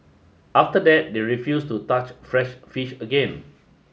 after that they refused to touch fresh fish again